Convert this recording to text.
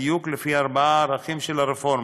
בדיוק לפי ארבעה ערכים של הרפורמה: